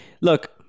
look